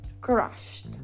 crushed